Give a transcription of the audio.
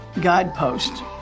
Guidepost